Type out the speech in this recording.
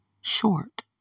short